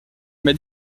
m’a